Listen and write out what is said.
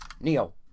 NEO